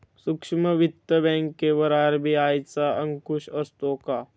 सूक्ष्म वित्त बँकेवर आर.बी.आय चा अंकुश असतो का?